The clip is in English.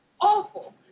awful